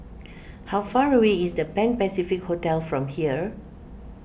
how far away is the Pan Pacific Hotel from here